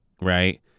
Right